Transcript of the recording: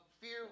fear